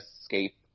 escape